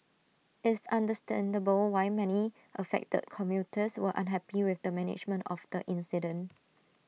it's understandable why many affected commuters were unhappy with the management of the incident